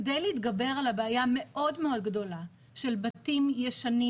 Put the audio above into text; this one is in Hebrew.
כדי להתגבר על הבעיה מאוד מאוד גדולה של בתים ישנים,